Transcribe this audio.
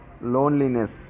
loneliness